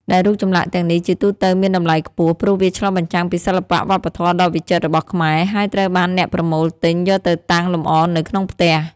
ដែលរូបចម្លាក់ទាំងនេះជាទូទៅមានតម្លៃខ្ពស់ ព្រោះវាឆ្លុះបញ្ចាំងពីសិល្បៈវប្បធម៌ដ៏វិចិត្ររបស់ខ្មែរ ហើយត្រូវបានអ្នកប្រមូលទិញយកទៅតាំងលម្អនៅក្នុងផ្ទះ។